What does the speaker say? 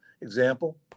example